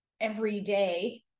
everyday